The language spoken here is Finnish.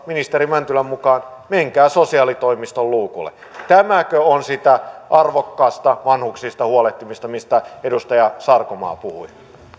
ministeri mäntylän mukaan menkää sosiaalitoimiston luukulle tämäkö on sitä arvokkaista vanhuksista huolehtimista mistä edustaja sarkomaa puhui